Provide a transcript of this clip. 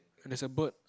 and there's a bird